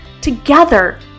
Together